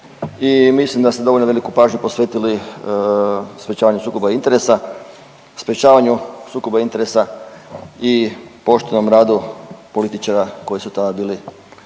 i mislim da ste dovoljno veliku pažnju posvetili sprječavanju sukoba interesa, sprječavanju sukoba interesa i poštenom radu političara koji su tada bili